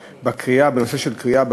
בנושא של קריאה,